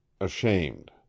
ashamed